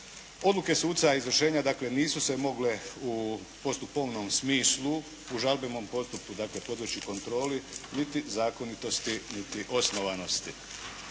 Odluke suca izvršenja dakle nisu se mogle u postupovnom smislu u žalbenom postupku podleći kontroli niti zakonitosti niti osnovanosti.